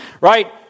Right